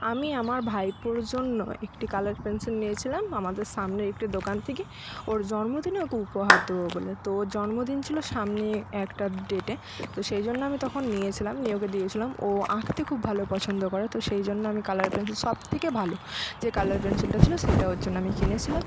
আমি আমার ভাইপোর জন্য একটি কালার পেনসিল নিয়েছিলাম আমাদের সামনের একটি দোকান থেকে ওর জন্মদিনে ওকে উপহার দেবো বলে তো ওর জন্মদিন ছিলো সামনের একটা ডেটে তো সেই জন্য আমি তখন নিয়েছিলাম নিয়ে ওকে দিয়েছিলাম ও আঁকতে খুব ভালো পছন্দ করে তো সেই জন্য আমি কালার পেনসিল সব থেকে ভালো যে কালার পেনসিলটা ছিলো সেটা ওর জন্য আমি কিনেছিলাম